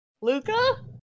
Luca